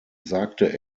sagte